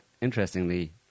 interestingly